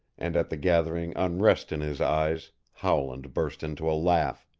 and at the gathering unrest in his ayes howland burst into a laugh.